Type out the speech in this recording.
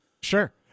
Sure